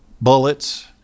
bullets